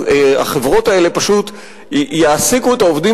אז החברות האלה פשוט יעסיקו את העובדים